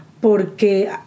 porque